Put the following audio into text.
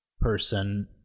person